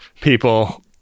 People